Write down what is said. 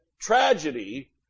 tragedy